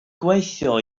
gweithio